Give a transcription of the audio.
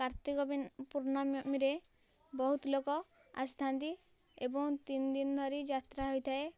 କାର୍ତ୍ତିକ ପୂର୍ଣ୍ଣମୀରେ ବହୁତ ଲୋକ ଆସିଥାଆନ୍ତି ଏବଂ ତିନିଦିନ ଧରି ଯାତ୍ରା ହୋଇଥାଏ